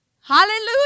Hallelujah